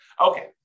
Okay